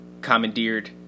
commandeered